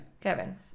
Kevin